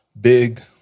big